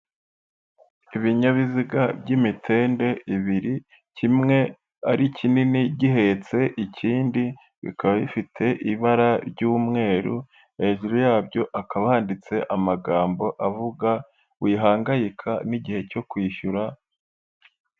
Ibinyabiziga by'imitende ibiri, kimwe ari kinini gihetse ikindi, bikaba bifite ibara ry'umweru, hejuru yabyo hakaba handitse amagambo avuga wihangayika n'igihe cyo kwishyura.